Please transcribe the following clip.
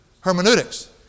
Hermeneutics